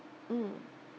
mm